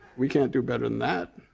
we can't do better than that.